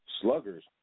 Sluggers